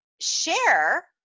share